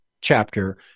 chapter